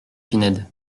pinède